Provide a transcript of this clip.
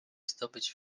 zdobyć